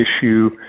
issue